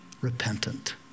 repentant